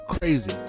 crazy